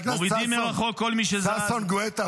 מורידים מרחוק כל מי שזז -- חבר הכנסת ששון גואטה,